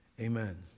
Amen